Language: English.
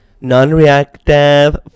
Non-reactive